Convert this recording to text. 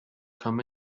come